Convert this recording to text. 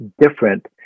different